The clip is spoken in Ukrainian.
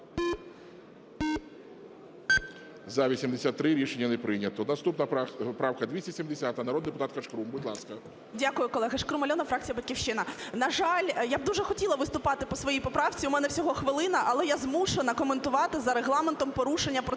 За-83 Рішення не прийнято. Наступна правка 270, народна депутатка Шкрум. Будь ласка. 11:30:11 ШКРУМ А.І. Дякую, колеги. Шкрум Альона, фракція "Батьківщина". На жаль, я б дуже хотіла виступати по своїй поправці, у мене всього хвилина. але я змушена коментувати за Регламентом порушення процедури